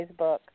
Facebook